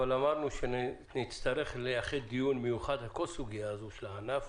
אבל אמרנו שנצטרך לייחד דיון מיוחד על כל הסוגיה הזו של הענף,